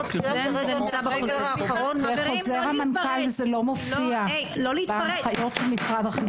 בחוזר מנכ"ל זה לא מופיע בהנחיות משרד החינוך.